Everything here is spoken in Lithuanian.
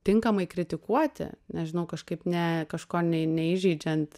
tinkamai kritikuoti nežinau kažkaip ne kažko ne neįžeidžiant